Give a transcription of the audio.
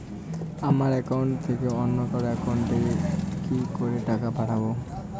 আমার একাউন্ট থেকে অন্য কারো একাউন্ট এ কি করে টাকা পাঠাবো?